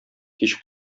кич